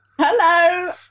Hello